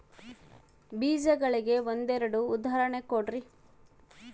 ಬೇಜಗಳಿಗೆ ಒಂದೆರಡು ಉದಾಹರಣೆ ಕೊಡ್ರಿ?